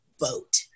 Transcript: vote